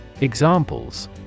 Examples